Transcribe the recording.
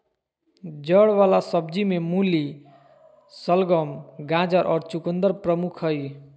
जड़ वला सब्जि में मूली, शलगम, गाजर और चकुंदर प्रमुख हइ